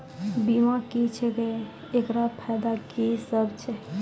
बीमा की छियै? एकरऽ फायदा की सब छै?